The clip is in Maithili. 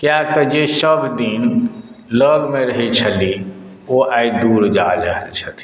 कियाक तऽ जे सभदिन लगमे रहैत छलीह ओ आइ दूर जा रहल छथिन